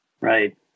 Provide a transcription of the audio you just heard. Right